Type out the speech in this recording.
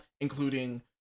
including